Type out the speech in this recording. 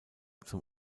zum